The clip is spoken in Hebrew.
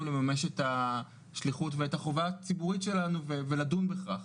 לממש את השליחות ואת החובה הציבורית שלנו לדון בכך.